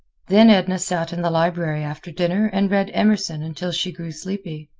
then edna sat in the library after dinner and read emerson until she grew sleepy.